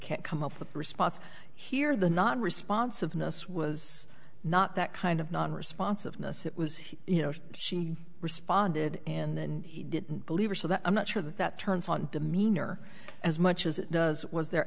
can't come up with a response here the knot responsiveness was not that kind of non responsive message was he you know she responded and then he didn't believe her so that i'm not sure that that turns on demeanor as much as it does was the